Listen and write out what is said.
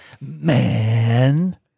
man